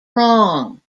wrong